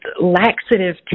laxative